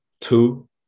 Two